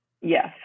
Yes